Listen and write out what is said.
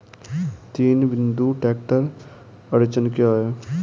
तीन बिंदु ट्रैक्टर अड़चन क्या है?